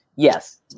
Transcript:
Yes